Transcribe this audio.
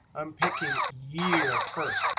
i'm picking year first.